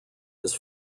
his